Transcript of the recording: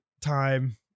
time